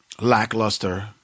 lackluster